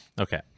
okay